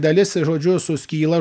dalis žodžiu suskyla